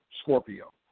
Scorpio